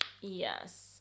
yes